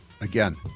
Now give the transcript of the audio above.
Again